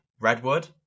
Redwood